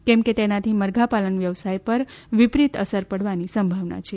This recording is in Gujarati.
કેમ કે તેનાથી મરઘા પાલન વ્યવસાય પર વિપરીત અસર પડવાની સંભાવના છે